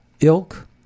ilk